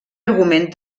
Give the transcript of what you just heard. argument